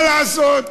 מה לעשות,